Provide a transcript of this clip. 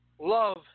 Love